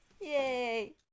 Yay